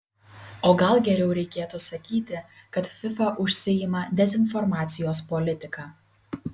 o gal geriau reikėtų sakyti kad fifa užsiima dezinformacijos politika